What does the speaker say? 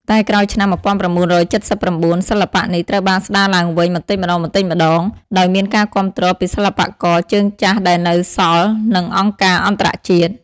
តែក្រោយឆ្នាំ ១៩៧៩ សិល្បៈនេះត្រូវបានស្ដារឡើងវិញបន្តិចម្ដងៗ ដោយមានការគាំទ្រពីសិល្បករជើងចាស់ដែលនៅសល់ និងអង្គការអន្តរជាតិ ។